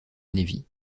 navy